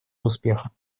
успеха